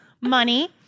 Money